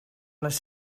les